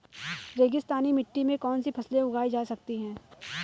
रेगिस्तानी मिट्टी में कौनसी फसलें उगाई जा सकती हैं?